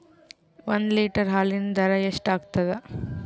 ಒಂದ್ ಲೀಟರ್ ಹಾಲಿನ ದರ ಎಷ್ಟ್ ಆಗತದ?